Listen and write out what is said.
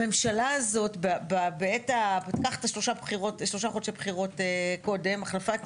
הממשלה הזאת בטווח של שלושה חודשי בחירות קודם החלפת